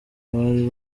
bari